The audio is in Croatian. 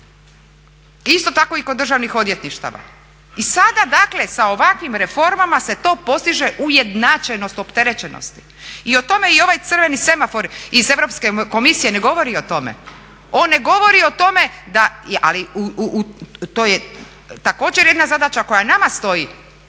isto tako i kod državnih odvjetništava. I sada dakle sa ovakvim reformama se to postiže ujednačenost, opterećenost i o tome i ovaj crveni semafor iz Europske komisije ne govori o tome. On ne govori o tome, ali to je također jedna zadaća koja nama stoji